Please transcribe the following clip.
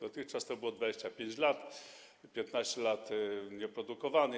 Dotychczas to było 25 lat, 15 lat - nieprodukowany.